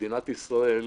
מדינת ישראל